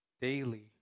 daily